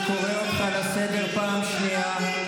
אני קורא אותך לסדר פעם ראשונה.